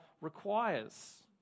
requires